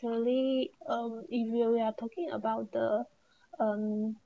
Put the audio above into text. probably um if you are talking about the um